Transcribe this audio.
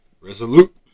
resolute